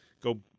go